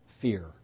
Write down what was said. fear